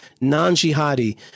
non-jihadi